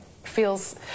feels